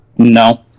No